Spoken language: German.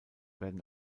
werden